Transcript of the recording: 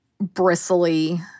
bristly